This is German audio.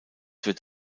wird